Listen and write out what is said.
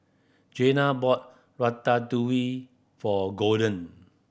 Janay bought Ratatouille for Golden